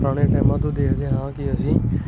ਪੁਰਾਣੇ ਟਾਈਮਾਂ ਤੋਂ ਦੇਖਦੇ ਹਾਂ ਕਿ ਅਸੀਂ